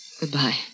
Goodbye